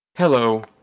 Hello